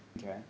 okay